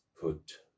put